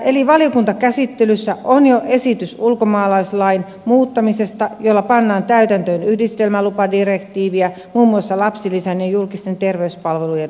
eli valiokuntakäsittelyssä on jo esitys ulkomaalaislain muuttamisesta jolla pannaan täytäntöön yhdistelmälupadirektiiviä muun muassa lapsilisän ja julkisten terveyspalvelujen osalta